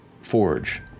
Forge